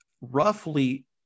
roughly